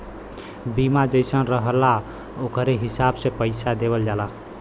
बीमा जइसन रहला ओकरे हिसाब से पइसा देवल जाला